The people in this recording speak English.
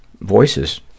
voices